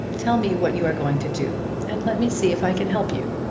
tell me what you are going to do, and let me see if i can help you.